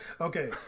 Okay